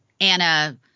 Anna